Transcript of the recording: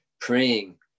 Praying